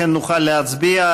לכן נוכל להצביע.